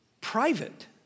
Private